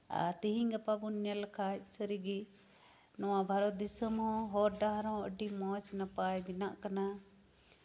ᱟᱨ ᱛᱤᱦᱤᱧ ᱜᱟᱯᱟ ᱵᱚᱱ ᱧᱮᱞ ᱞᱮᱠᱷᱟ ᱡᱥᱟᱨᱤ ᱜᱮ ᱱᱚᱣᱟ ᱵᱷᱟᱨᱚᱛ ᱫᱤᱥᱚᱢ ᱦᱚᱸ ᱦᱚᱨ ᱰᱟᱦᱟᱨ ᱦᱚᱸ ᱟᱹᱰᱤ ᱢᱚᱸᱡ ᱱᱟᱯᱟᱭ ᱵᱮᱱᱟᱜ ᱠᱟᱱᱟ